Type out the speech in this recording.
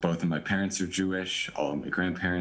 שני ההורים שלי יהודים, סביי, בני הדודים